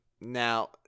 Now